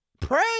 Pray